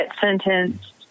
sentenced